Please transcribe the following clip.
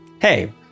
hey